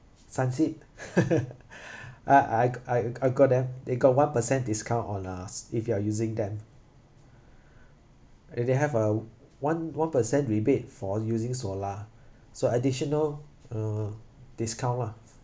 I I I I got that they got one percent discount on uh if you are using them if they have uh one one percent rebate for using solar so additional uh discount lah